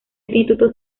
instituto